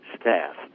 staff